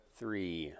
three